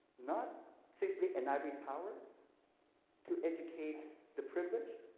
not simply an ivory power to educate the privileged,